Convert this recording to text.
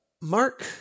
Mark